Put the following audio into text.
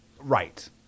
Right